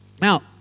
Now